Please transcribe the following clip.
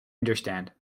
understand